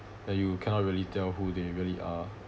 like you cannot really tell who they really are